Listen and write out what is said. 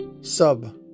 sub